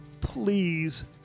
please